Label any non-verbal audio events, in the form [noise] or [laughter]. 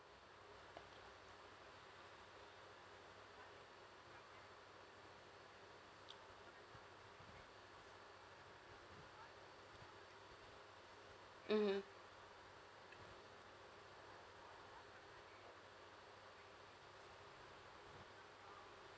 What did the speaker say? uh [noise] mmhmm